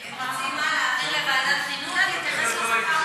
תודה, אדוני היושב-ראש, אדוני הראיס.